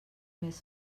més